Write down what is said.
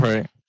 Right